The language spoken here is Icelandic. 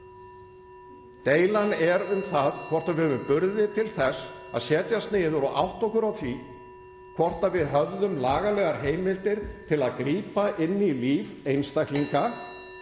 Deilan er um það hvort við höfum burði til þess að setjast niður og átta okkur á því hvort við (Forseti hringir.) höfðum lagalegar heimildir til að grípa inn í líf einstaklinga